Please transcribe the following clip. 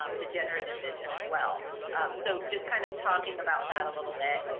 um degenerative vision as well so just kind of talking about that a little bit.